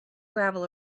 gravel